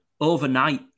Overnight